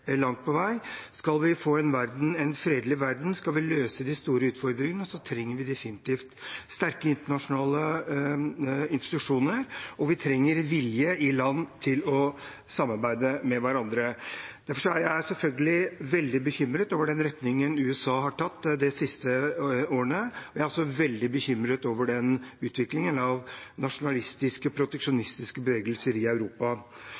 langt på vei. Skal vi få en fredelig verden, skal vi løse de store utfordringene, trenger vi definitivt sterke internasjonale institusjoner, og vi trenger lands vilje til å samarbeide med hverandre. Derfor er jeg selvfølgelig veldig bekymret over den retningen USA har tatt de siste årene. Jeg er også veldig bekymret over utviklingen av nasjonalistiske og proteksjonistiske bevegelser i Europa.